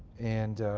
and